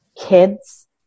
kids